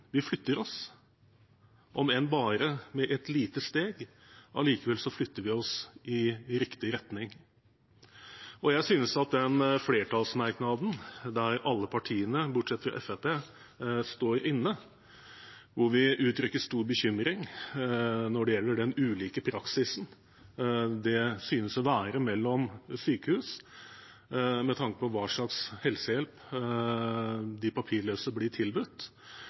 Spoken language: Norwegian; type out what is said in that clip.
flytter vi oss, om enn bare et lite steg, i riktig retning. Når det gjelder flertallsmerknaden der alle partiene bortsett fra Fremskrittspartiet står inne, der vi uttrykker stor bekymring når det gjelder den ulike praksisen det synes å være mellom sykehus med tanke på hva slags helsehjelp de papirløse blir tilbudt,